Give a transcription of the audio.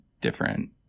different